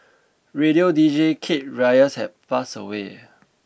radio deejay Kate Reyes has passed away